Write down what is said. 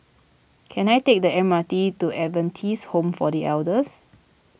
can I take the M R T to Adventist Home for the Elders